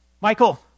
Michael